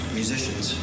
musicians